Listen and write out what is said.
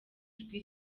ijwi